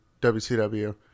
WCW